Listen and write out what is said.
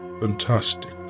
fantastic